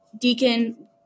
deacon